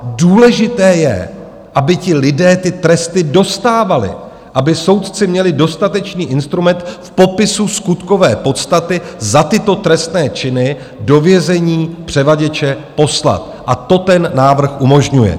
Důležité je, aby ti lidé ty tresty dostávali, aby soudci měli dostatečný instrument v popisu skutkové podstaty za tyto trestné činy do vězení převaděče poslat, a to ten návrh umožňuje.